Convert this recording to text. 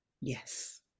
yes